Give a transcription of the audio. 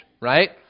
right